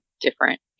different